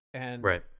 Right